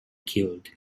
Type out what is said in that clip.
killed